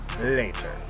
later